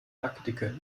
lackdicke